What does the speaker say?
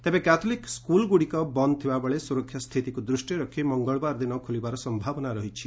ତେବେ କ୍ୟାଥୋଲିକ୍ ସ୍କୁଲ୍ଗୁଡ଼ିକ ବନ୍ଦ୍ ଥିବାବେଳେ ସୁରକ୍ଷା ସ୍ଥିତିକୁ ଦୃଷ୍ଟିରେ ରଖି ମଙ୍ଗଳବାର ଦିନ ଖୋଲିବାର ସମ୍ଭାବନା ରହିଛି